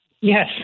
Yes